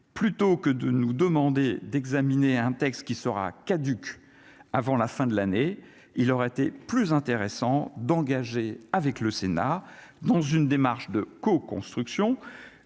plutôt que de nous demander d'examiner un texte qui sera caduc avant la fin de l'année, il aurait été plus intéressant d'engager avec le Sénat, dans une démarche de co-construction,